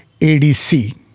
ADC